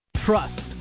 Trust